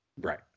Right